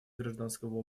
гражданского